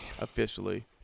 Officially